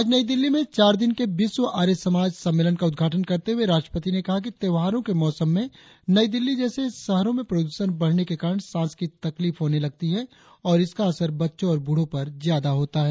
आज नई दिल्ली में चार दिन के विश्व आर्यसमाज सम्मेलन का उद्घाटन करते हुए राष्ट्रपति ने कहा कि त्योहारों के मौसम में नई दिल्ली जैसे शहरों में प्रदूषण बढ़ने के कारण सांस की तकलीफ होने लगती है और इसका असर बच्चों और बूढ़ों पर ज्यादा होता है